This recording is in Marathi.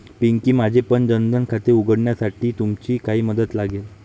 पिंकी, माझेपण जन धन खाते उघडण्यासाठी तुमची काही मदत लागेल